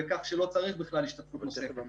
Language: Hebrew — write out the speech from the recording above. כך שלא צריך בכלל השתתפות נוספת.